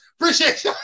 Appreciate